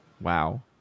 Wow